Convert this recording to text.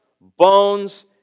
bones